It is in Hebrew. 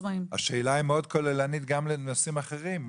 השאלה היא מאוד כוללנית גם לנושאים אחרים.